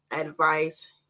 advice